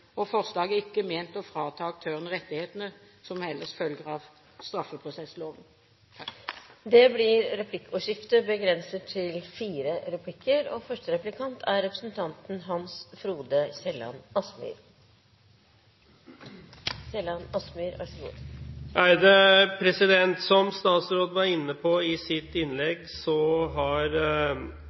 aktørene. Forslaget er ikke ment å frata aktørene rettigheter som ellers følger av straffeprosessloven. Det blir replikkordskifte. Som statsråden var inne på i sitt innlegg, har